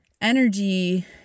energy